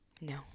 no